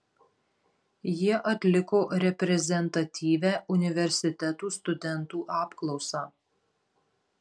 jie atliko reprezentatyvią universitetų studentų apklausą